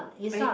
big